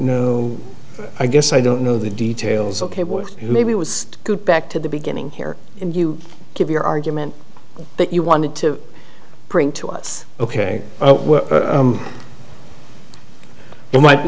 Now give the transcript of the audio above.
know i guess i don't know the details ok with maybe it was good back to the beginning here and you give your argument that you wanted to bring to us ok it might be